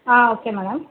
ah okay madam